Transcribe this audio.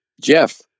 Jeff